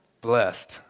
blessed